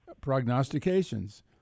prognostications